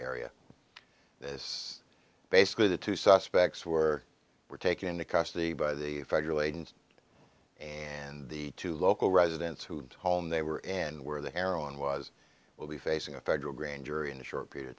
area this basically the two suspects were were taken into custody by the federal agents and the two local residents who home they were and where the heroin was will be facing a federal grand jury in a short period of